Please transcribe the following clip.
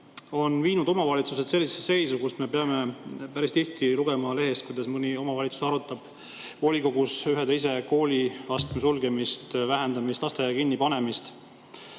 on viinud omavalitsused sellisesse seisu, et me peame päris tihti lugema lehest, kuidas mõni omavalitsus arutab volikogus ühe või teise kooliastme sulgemist, [koomale tõmbamist] või lasteaia kinnipanemist.